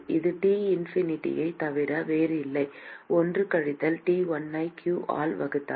இது T இன்ஃபினிட்டியைத் தவிர வேறில்லை 1 கழித்தல் T1 ஐ q ஆல் வகுத்தால்